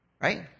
Right